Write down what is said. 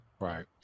Right